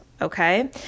okay